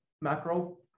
macro